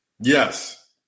Yes